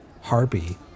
Harpy